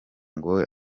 ngo